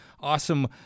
Awesome